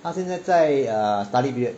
他现在在 err study period